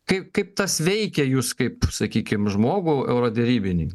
kaip kaip tas veikė jus kaip sakykim žmogų euroderybinį